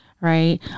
right